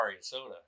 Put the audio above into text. soda